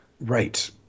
Right